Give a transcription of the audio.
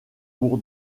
pour